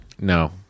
No